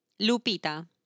Lupita